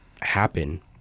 happen